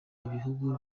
ibihugu